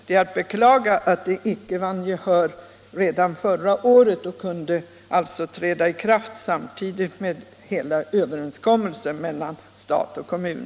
Det är att beklaga att denna uppfattning icke vann gehör redan förra året så att bestämmelser kunnat träda i kraft samtidigt med hela överenskommelsen mellan stat och kommun.